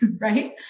Right